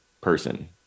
person